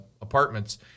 apartments